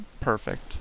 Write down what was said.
perfect